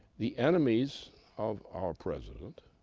the enemies of our president,